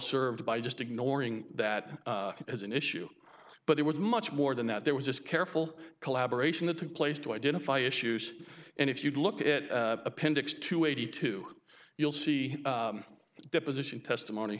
served by just ignoring that as an issue but it was much more than that there was this careful collaboration that took place to identify issues and if you look at appendix two eighty two you'll see deposition testimony